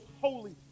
holy